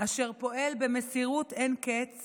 אשר פועל במסירות אין קץ